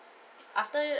after